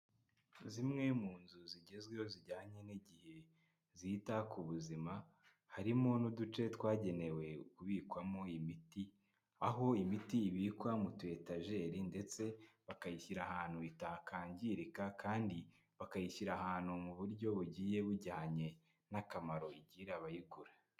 Zimwe mu nzu zigezweho zijyanye n'igihe zita ku buzima, harimo n'uduce twagenewe kubikwamo imiti, aho imiti ibikwa mu tu etajeri ndetse bakayishyira ahantu itakangirika kandi bakayishyira ahantu mu buryo bugiye bujyanye n'akamaro igirira abayigura.